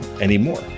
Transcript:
anymore